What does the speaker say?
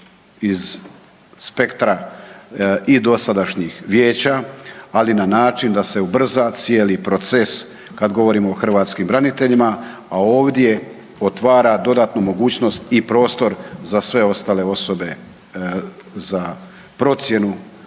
iz spektra i dosadašnjih vijeća ali na način da se ubrza cijeli proces kad govorimo o hrvatskim braniteljima a ovdje otvara dodatnu mogućnost i prostor za sve ostale osobe sa procjenu,